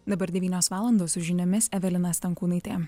dabar devynios valandos žiniomis evelina stankūnaitė